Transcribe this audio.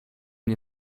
nie